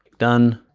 done,